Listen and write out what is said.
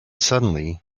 suddenly